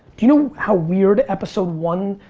do you know how weird episode one,